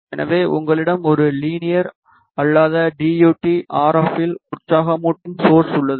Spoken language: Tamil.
எனவே உங்களிடம் ஒரு லீனியர் அல்லாத டி யு டி க்கு ஆர் எப் இல் உற்சாகமூட்டும் சோர்ஸ் உள்ளது